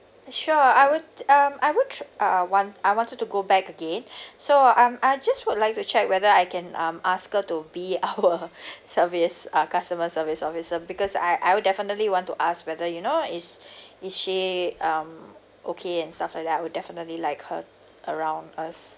sure I would um I would uh want I wanted to go back again so um uh just would like to check whether I can um ask her to be our service our customer service officer because I I would definitely want to ask whether you know is is she um okay and stuff like that I will definitely like her around us